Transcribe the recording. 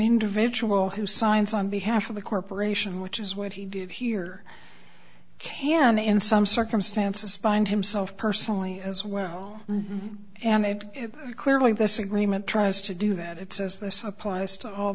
individual who signs on behalf of the corporation which is what he did here can in some circumstances spined himself personally as well and clearly this agreement tries to do that it says this applies to all